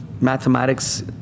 mathematics